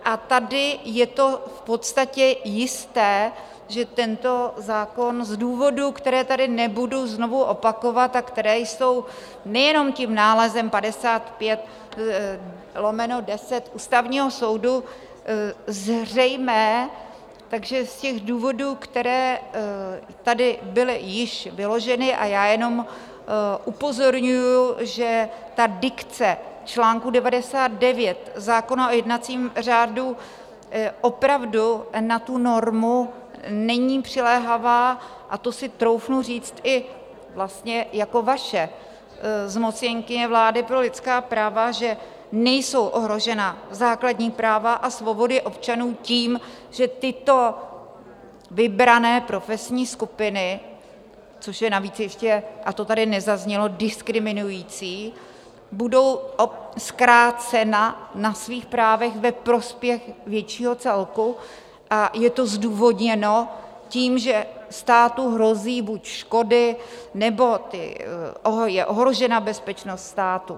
A tady je to v podstatě jisté, že tento zákon z důvodů, které tady nebudu znovu opakovat a které jsou nejenom tím nálezem č. 55/10 Ústavního soudu zřejmé, takže z těch důvodů, které tady byly již vyloženy, a já jenom upozorňuji, že ta dikce článku 99 zákona o jednacím řádu opravdu na tu normu není přiléhavá, a to si troufnu říct i vlastně jako vaše zmocněnkyně vlády pro lidská práva, že nejsou ohrožena základní práva a svobody občanů tím, že tyto vybrané profesní skupiny což je navíc ještě, a to tady nezaznělo, diskriminující budou zkráceny na svých právech ve prospěch většího celku, a je to zdůvodněno tím, že státu hrozí buď škody, nebo je ohrožena bezpečnost státu.